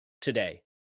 today